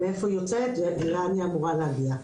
מאיפה היא יוצאת ולאן היא אמורה להגיע.